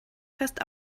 fest